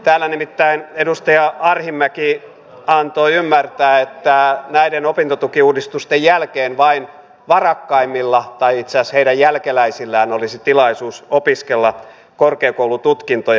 täällä nimittäin edustaja arhinmäki antoi ymmärtää että näiden opintotukiuudistusten jälkeen vain varakkaimmilla tai itse asiassa heidän jälkeläisillään olisi tilaisuus opiskella korkeakoulututkintoja